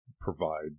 provide